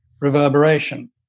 reverberation